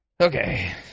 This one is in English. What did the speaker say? Okay